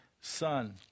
son